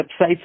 websites